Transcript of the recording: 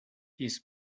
his